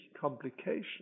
complication